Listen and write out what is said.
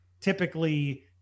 typically